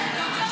לא, לא.